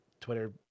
Twitter